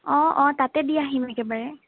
অ অ তাতে দি আহিম একেবাৰে